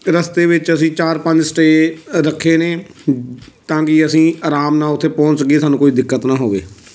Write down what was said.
ਰਸਤੇ ਵਿੱਚ ਅਸੀਂ ਚਾਰ ਪੰਜ ਸਟੇਅ ਰੱਖੇ ਨੇ ਤਾਂ ਕਿ ਅਸੀਂ ਆਰਾਮ ਨਾਲ ਉੱਥੇ ਪਹੁੰਚ ਸਕੀਏ ਸਾਨੂੰ ਕੋਈ ਦਿੱਕਤ ਨਾ ਹੋਵੇ